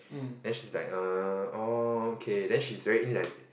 then she's like err orh okay then she's very indeci~